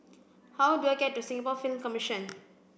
how do I get to Singapore Film Commission